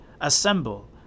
Assemble